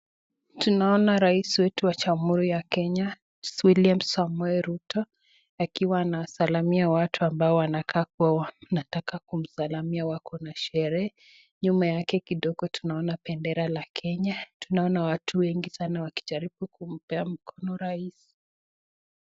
Tunaona rais wetu wa jamhuri ya Kenya, Wiliam Samoei Ruto akiwa anasalamia watu ambao wanakaa kuwa wanataka kumsalamia wako na sherehe. Nyuma yake kidogo tunaona bendera la Kenya, tunaona watu wengi sana wakijaribu kumpea mkono rais.